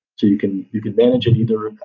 you can you can manage it either